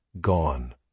gone